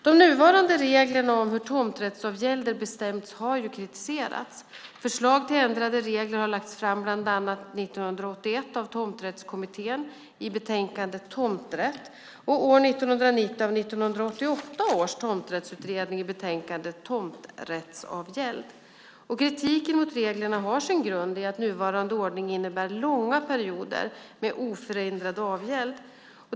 De nuvarande reglerna om hur tomträttsavgälder bestäms har kritiserats. Förslag till ändrade regler har lagts fram bland annat år 1981 av Tomträttskommittén i betänkandet Tomträtt och år 1990 av 1988 års tomträttsutredning i betänkandet Tomträttsavgäld . Kritiken mot reglerna har sin grund i att nuvarande ordning innebär långa perioder med oförändrad avgäld.